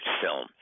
film